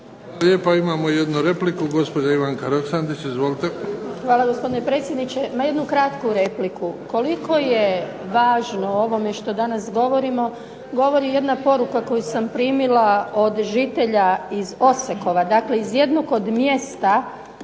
lijepa. Imamo jednu repliku. Gospođa Ivanka Roksandić, izvolite. **Roksandić, Ivanka (HDZ)** Hvala, gospodine predsjedniče. Ma jednu kratku repliku. Koliko je važno o ovome što danas govorimo govori jedna poruka koju sam primila od žitelja iz Osekova, dakle iz jednog od mjesta